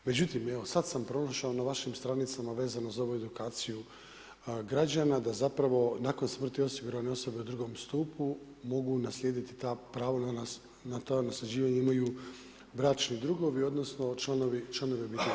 Međutim, evo sad sam pronašao na Vašim stranicama vezano za ovu edukaciju građana da zapravo nakon smrti osigurane osobe u II. stupu mogu naslijediti ta prava na nasljeđivanja imaju bračni drugovi, odnosno članovi, članovi obitelji.